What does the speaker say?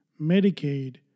Medicaid